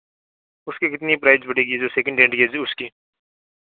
उसकी कितनी प्राइज पड़ेगी जो सेकंड हैंड की है उसकी